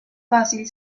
fácil